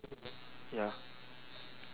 ya